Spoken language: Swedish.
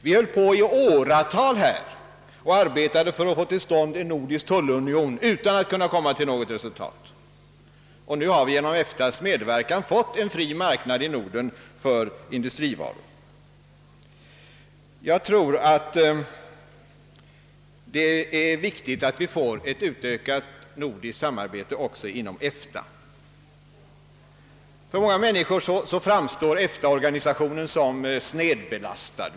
Vi höll på i åratal för att få till stånd en nordisk tullunion utan att kunna nå något resultat, och nu har vi genom EFTA:s medverkan fått en fri marknad i Norden för industrivaror. Jag tror att det är viktigt att vi får ett utökat nordiskt samarbete också inom EFTA. För många människor framstår - EFTA-organisationen som snedbelastad.